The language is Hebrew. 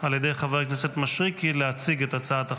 על ידי חבר הכנסת מישרקי, להציג את הצעת החוק.